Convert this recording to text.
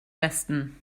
westen